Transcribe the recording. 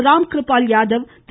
Ramkripal Yadav Thiru